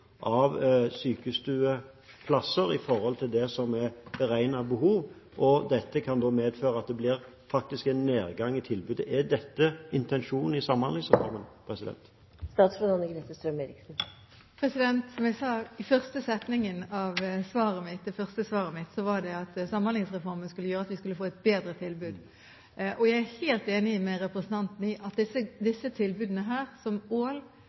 av sykestueplasser i forhold til det som er beregnet behov. Dette kan medføre at det faktisk blir en nedgang i tilbudet. Er dette intensjonen i Samhandlingsreformen? Som jeg sa i den første setningen i det første svaret mitt, skal Samhandlingsreformen gjøre at vi får et bedre tilbud. Jeg er helt enig med representanten i at disse tilbudene, som i Ål,